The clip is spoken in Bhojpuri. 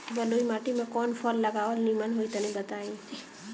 बलुई माटी में कउन फल लगावल निमन होई तनि बताई?